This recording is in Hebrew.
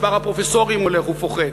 מספר הפרופסורים הולך ופוחת,